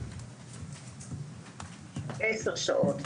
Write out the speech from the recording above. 10 שעות.